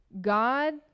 God